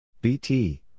BT